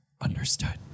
Understood